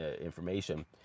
information –